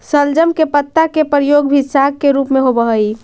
शलजम के पत्ता के प्रयोग भी साग के रूप में होव हई